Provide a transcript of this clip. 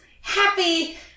happy